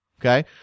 Okay